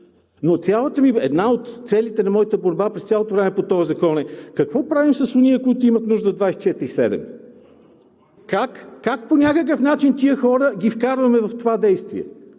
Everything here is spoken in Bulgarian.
но една от целите на моята борба през цялото време по този закон е: какво правим с онези, които имат нужда 24/7? Как по някакъв начин тези хора ги вкарваме в това действие?